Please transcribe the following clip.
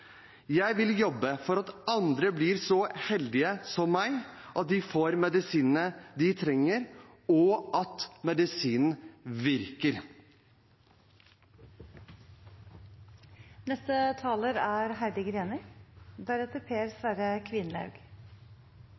Jeg vil jobbe for at andre blir like heldige som meg, at de får medisinene de trenger, og at medisinen